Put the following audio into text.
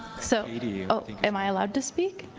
so am i allowed to speak?